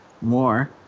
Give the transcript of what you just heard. more